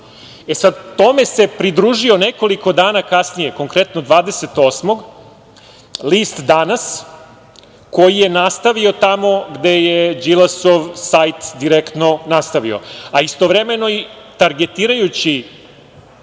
maloumno. Tome se pridružio nekoliko dana kasnije, konkretno 28-og, list „Danas“ koji je nastavio tamo gde je Đilasov sajt „Direktno“ nastavio, a istovremeno targetirajući